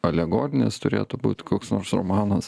alegorinis turėtų būt koks nors romanas